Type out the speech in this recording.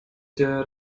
der